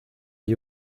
hay